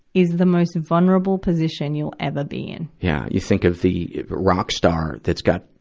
is the most vulnerable position you'll ever be in. yeah. you think of the rock star that's got,